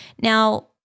Now